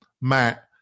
Matt